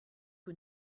que